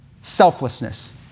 selflessness